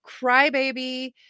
Crybaby